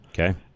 Okay